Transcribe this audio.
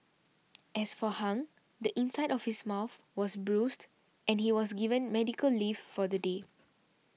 as for Hung the inside of his mouth was bruised and he was given medical leave for the day